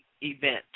event